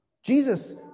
Jesus